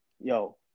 yo